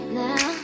now